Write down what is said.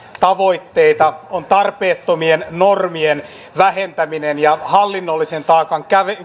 tavoitteita on tarpeettomien normien vähentäminen ja hallinnollisen taakan